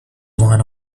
one